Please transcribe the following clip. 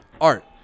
art